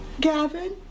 Gavin